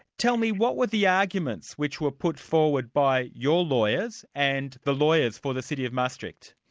tell me, what were the arguments which were put forward by your lawyers and the lawyers for the city of maastricht?